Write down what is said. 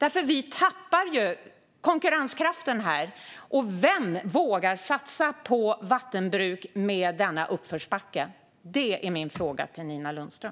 Annars tappar vi konkurrenskraften här. Vem vågar satsa på vattenbruk med denna uppförsbacke? Det är min fråga till Nina Lundström.